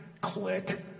Click